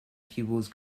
pupils